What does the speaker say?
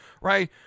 Right